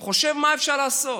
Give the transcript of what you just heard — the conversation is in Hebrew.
חושב: מה אפשר לעשות?